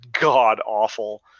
god-awful